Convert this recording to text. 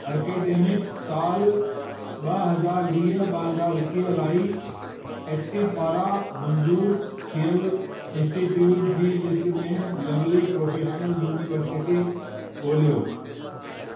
academic साल ॿ हज़ार वीह ॿ हज़ार एकवीह लाइ एक्टी पारां मंज़ूरु थियल इन्सटीट्यूट जी लिस्ट में लवली प्रोफेशनल यूनीवर्सिटी ॻोल्हियो